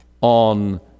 on